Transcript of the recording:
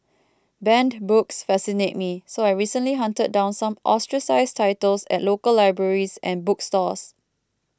banned books fascinate me so I recently hunted down some ostracised titles at local libraries and bookstores